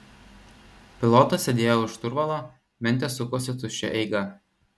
pilotas sėdėjo už šturvalo mentės sukosi tuščia eiga